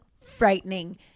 frightening